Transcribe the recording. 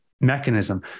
mechanism